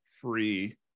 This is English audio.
free